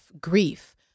grief